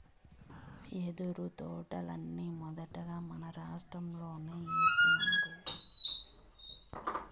యెదురు తోటల్ని మొదటగా మహారాష్ట్రలో ఏసినారు